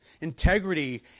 integrity